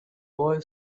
boy